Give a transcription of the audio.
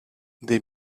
they